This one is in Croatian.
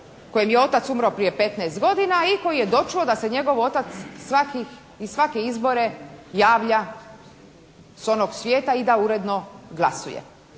kojem je otac umro prije 15 godina i koji je dočuo da se njegov otac za svake izbore javlja s onog svijeta i da uredno glasuje.